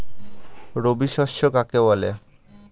রবি শস্য কাকে বলে?